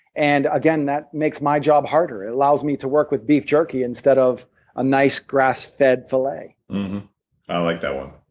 and again, that makes my job harder. it allows me to work with beef jerky instead of a nice grass-fed filet ah like mm-hmm. um